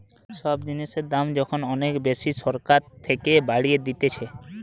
সব জিনিসের দাম যখন অনেক বেশি সরকার থাকে বাড়িয়ে দিতেছে